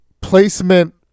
placement